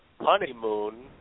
honeymoon